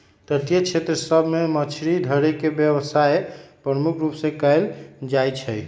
तटीय क्षेत्र सभ में मछरी धरे के व्यवसाय प्रमुख रूप से कएल जाइ छइ